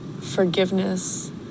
forgiveness